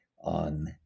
on